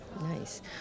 Nice